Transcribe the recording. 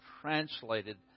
translated